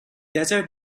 desert